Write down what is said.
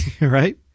right